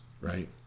right